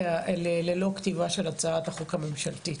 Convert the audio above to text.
ללא כתיבה של הצעת החוק הממשלתית.